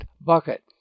bucket